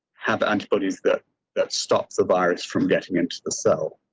have antibodies that that stops the virus from getting into the cell.